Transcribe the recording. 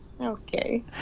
Okay